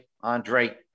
Andre